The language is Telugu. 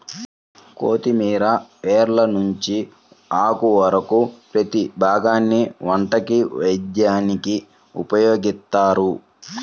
కొత్తిమీర వేర్ల నుంచి ఆకు వరకు ప్రతీ భాగాన్ని వంటకి, వైద్యానికి ఉపయోగిత్తారు